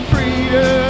Freedom